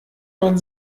man